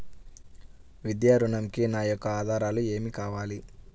విద్యా ఋణంకి నా యొక్క ఆధారాలు ఏమి కావాలి?